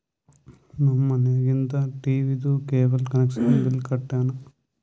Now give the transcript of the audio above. ನಮ್ ಮನ್ಯಾಗಿಂದ್ ಟೀವೀದು ಕೇಬಲ್ ಕನೆಕ್ಷನ್ದು ಬಿಲ್ ಕಟ್ಟಿನ್